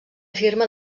firma